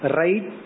right